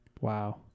wow